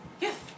Yes